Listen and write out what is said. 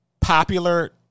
popular